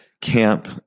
camp